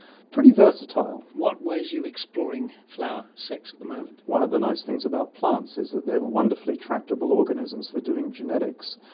pretty versatile. what ways are you exploring flower sex at the moment? one of the nice things about plants is that they are wonderfully tractable organisms for doing genetics.